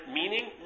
meaning